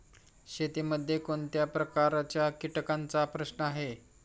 शेतीमध्ये कोणत्या प्रकारच्या कीटकांचा प्रश्न आहे?